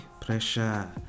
pressure